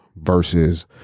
versus